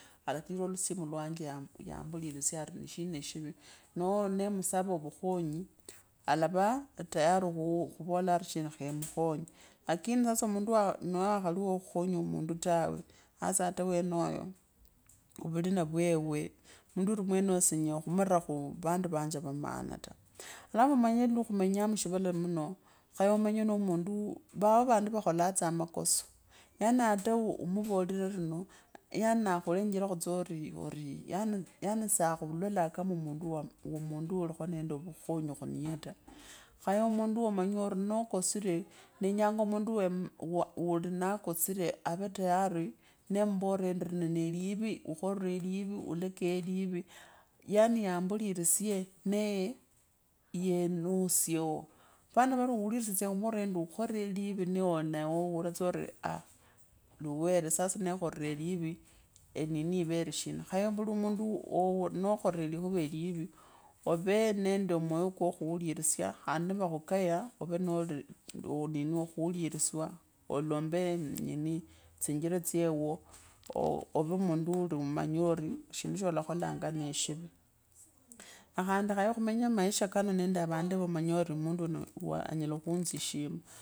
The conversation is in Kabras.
Aratila lusimu yamburinsye nishina shivi noo nemusava ovukhonyi alava tayari ku, khuyola ari shina kemukhonye lakini sasa mundu wakali khukhonya mundu tawe hasa ata rnwenoyovulina vweuwe. mundu alimwenoyosenyela khumura mnwandu vanje va maana ta, alafu ormanye mwakhumenyanga mushivala shino, khaye omanyane na mundu. vaotsa vandu vakholonga makoso ata omuvolire lino yaani naa khulenjerakho tso orii yaani. yaani tsakhulonga kama mundu uinende vukhonyie khuniye ta, khaye mundu wa manyire ore nakosire. nenyanga mundu wee waa ava nakosire ave tayari nembora endi lino nee livi, ukhorre livi yani yamburirisye nl yee lusyiewoo atana vari ewe urilisyewo esye khuvoore vori ukhore livi vovi okhore liivi nee nee naourira ooh nakhore likhuva liivi ovee nende moyo, kokhuririsya khandi nivakhuka omanyeori shindu sholakholanga nee shivi na khandi khaye kumenye maisha kano nende vandu vomanya ori mundu wuuno anyala khunzishima.